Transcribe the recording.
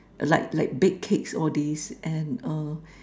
like like bake cakes all these and err